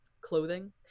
clothing